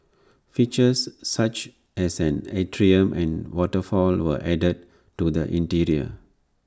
features such as an atrium and waterfall were added to the interior